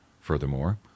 Furthermore